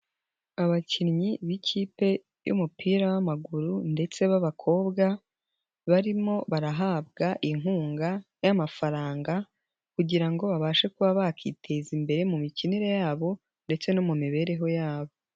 Abakinnyi b'ikipe y'umupira w'amaguru ndetse b'abakobwa, barimo barahabwa inkunga y'amafaranga kugira ngo babashe kuba bakiteza imbere mu mikinire yabo ndetse no mu mibereho yabo.